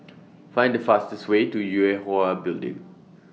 Find The fastest Way to Yue Hwa Building